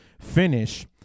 finish